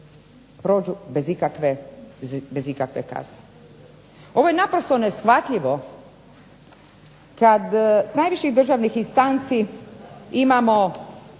prođu bez ikakve kazne. Ovo je naprosto neshvatljivo kad s najviših državnih instanci imamo